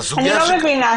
אני לא מבינה.